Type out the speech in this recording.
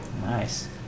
Nice